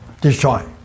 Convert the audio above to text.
Destroy